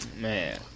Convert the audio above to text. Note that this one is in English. Man